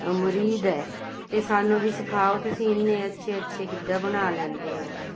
ਮੁਰੀਦ ਹੈ ਅਤੇ ਸਾਨੂੰ ਵੀ ਸਿਖਾਓ ਤੁਸੀਂ ਇੰਨੇ ਅੱਛੇ ਅੱਛੇ ਕਿੱਦਾਂ ਬਣਾ ਲੈਂਦੇ ਹੈ